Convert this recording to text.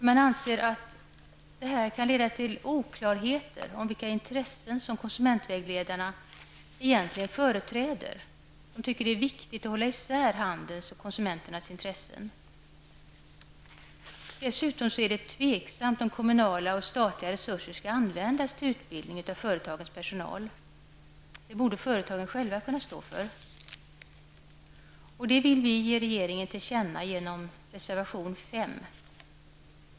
Man anser att detta kan leda till oklarhet om vilka intressen som konsumentsekreterarna egentligen företräder. Man tycker att det är viktigt att hålla isär handelns och konsumenternas intressen. Dessutom är det tveksamt om kommunala och statliga resurser skall användas till utbildning av företagens personal. Den borde företagen själva kunna stå för. Även detta bör ges regeringen till känna, vilket vi föreslår i reservation 5.